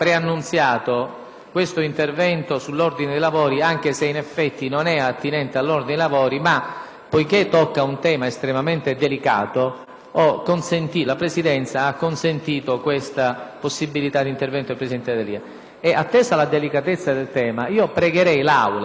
questo intervento sull'ordine dei lavori, anche se in effetti non è attinente all'ordine dei lavori, ma, poiché tocca un tema estremamente delicato, la Presidenza ha consentito al presidente D'Alia di svolgerlo. Attesa la delicatezza del tema, pregherei l'Assemblea